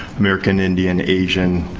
american indian, asian,